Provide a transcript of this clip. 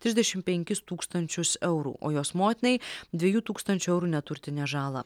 trisdešim penkis tūkstančius eurų o jos motinai dviejų tūkstančių eurų neturtinę žalą